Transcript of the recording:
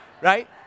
Right